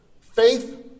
faith